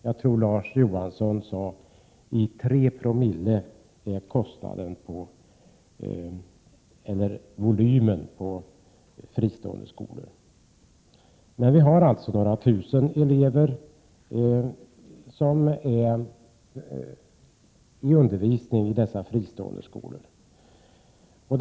Jag tror att Larz Johansson sade att andelen var 3 Ze. Men vi har alltså några tusen elever i dessa fristående skolor.